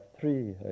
three